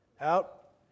Out